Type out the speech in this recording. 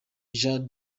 jean